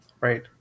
Right